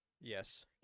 Yes